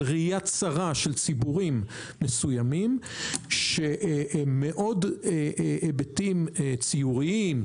של ראייה צרה של ציבורים מסוימים שהם היבטים ציוריים,